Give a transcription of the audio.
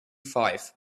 five